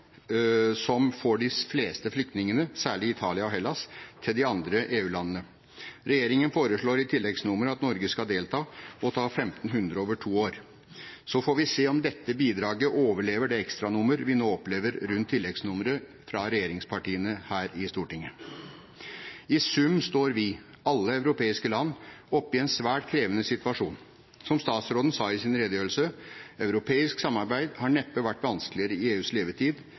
som får de fleste flyktningene, særlig Italia og Hellas, til de andre EU-landene. Regjeringen foreslår i tilleggsnummeret at Norge skal delta og ta 1 500 over to år. Så får vi se om dette bidraget overlever det ekstranummer vi nå opplever rundt tilleggsnummeret fra regjeringspartiene her i Stortinget. I sum står vi – alle europeiske land – oppe i en svært krevende situasjon. Som statsråden sa i sin redegjørelse: «Europeisk samarbeid har neppe vært vanskeligere i EUs levetid.